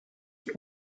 die